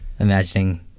Imagining